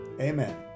amen